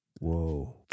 Whoa